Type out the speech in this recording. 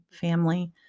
family